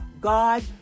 God